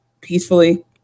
peacefully